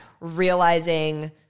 realizing